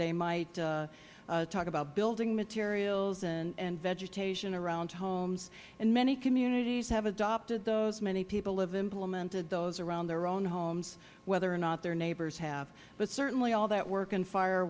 they might talk about building materials and vegetation around homes and many communities have adopted those many people have implemented those around their own homes whether or not their neighbors have but certainly all that work in fire